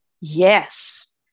Yes